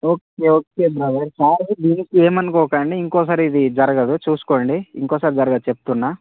okay okay brother sorry please ఏమనుకోకండి ఇంకోసారి ఇది జరగదు చూసుకోండి ఇంకోసారి జరగదు చెప్తున్నా